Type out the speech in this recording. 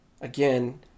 again